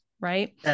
Right